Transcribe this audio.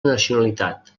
nacionalitat